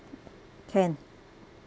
can